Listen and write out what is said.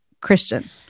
Christian